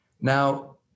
Now